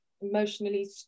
emotionally